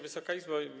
Wysoka Izbo!